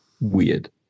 weird